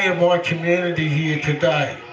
yeah my community here today,